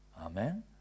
Amen